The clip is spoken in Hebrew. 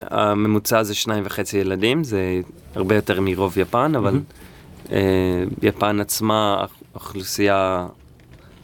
הממוצע זה שניים וחצי ילדים, זה הרבה יותר מרוב יפן, אבל יפן עצמה, האוכלוסייה...